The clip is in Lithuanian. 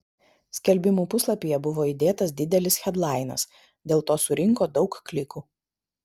skelbimų puslapyje buvo įdėtas didelis hedlainas dėl to surinko daug klikų